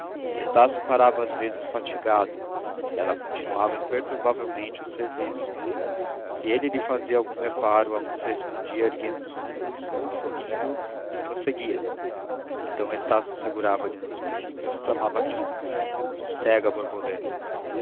estácio parava às vezes fatigado ela continuava imperturbavelmente o serviço se ele lhe fazia algum reparo a moça respondia erguendo os ombros ou sorrindo e prosseguia então estácio segurava lhe nos pulsos e exclamava rindo sossega borboleta